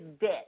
debt